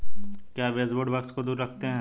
क्या baseboard bugs को दूर रखते हैं?